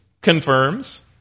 confirms